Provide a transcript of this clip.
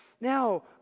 now